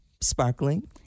sparkling